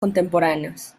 contemporáneos